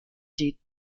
die